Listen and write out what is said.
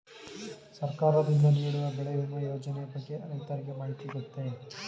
ಸರ್ಕಾರದಿಂದ ನೀಡುವ ಬೆಳೆ ವಿಮಾ ಯೋಜನೆಯ ಬಗ್ಗೆ ರೈತರಿಗೆ ಮಾಹಿತಿ ಗೊತ್ತೇ?